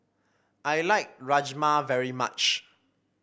I like Rajma very much